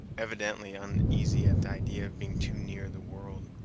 evidently uneasy at the idea of being too near the world.